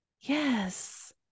Yes